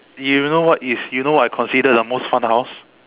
you know what is you know what I consider the most fun house